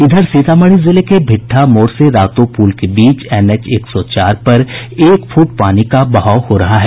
इधर सीतामढ़ी जिले के भिट्ठा मोड़ से रातो पूल के बीच एनएच एक सौ चार पर एक फूट पानी का बहाव हो रहा है